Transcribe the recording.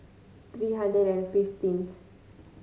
three hundred and fifteenth